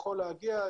יכול להגיע.